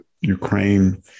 Ukraine